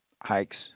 hikes